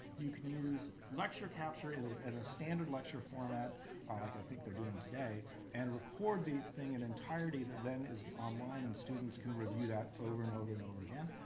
you could use lecture capture in a ah standard lecture format like i think they're doing today and record the thing in entirety that then is online and students can review that over and over and over again.